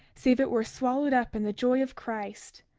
save it were swallowed up in the joy of christ.